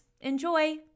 Enjoy